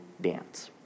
dance